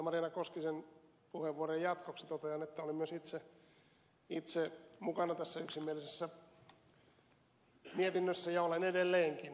marjaana koskisen puheenvuorojen jatkoksi totean että olin myös itse mukana tässä yksimielisessä mietinnössä ja olen edelleenkin